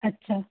अच्छा